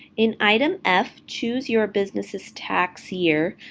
in item f, choose your business's tax year,